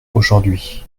aujourd’hui